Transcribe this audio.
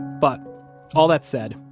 but all that said,